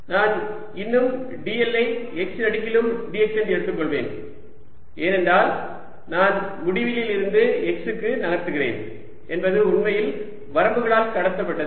நான் இன்னும் dl ஐ x நெடுகிலும் dx என்று எடுத்துக்கொள்வேன் ஏனென்றால் நான் முடிவிலியிலிருந்து x க்கு நகர்த்துகிறேன் என்பது உண்மையில் வரம்பினால் கடக்கப்பட்டது